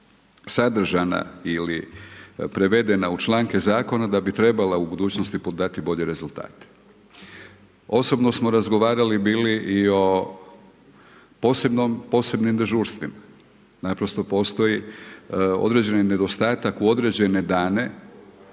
sadržana ili prevedena u članke zakona da bi trebala u budućnosti dati bolje rezultate. Osobno smo razgovarali bili i o posebnim dežurstvima. Naprosto postoji određeni nedostatak u određene dane